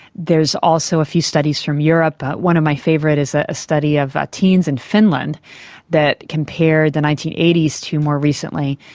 there's also a few studies from europe. one of my favourites is a study of ah teens in finland that compare the nineteen eighty s to more recently,